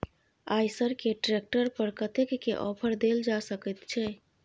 आयसर के ट्रैक्टर पर कतेक के ऑफर देल जा सकेत छै?